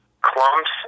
clumps